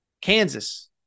kansas